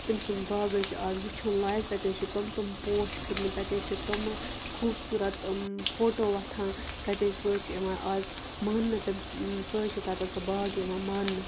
تٔمۍ سُنٛد باغ حظ چھِ آز وٕچھُن لایق تَتہِ حظ چھِ تِم تِم پوش کھٔتۍ مٕتۍ تَتہِ حظ چھِ تِمہٕ خوٗبصوٗرت فوٹو وۄتھان تَتہِ حظ سُہ حظ چھِ اِوان آز ماننہٕ تٔمۍ سُہ حظ چھِ تَتَس سُہ باغ یِوان ماننہٕ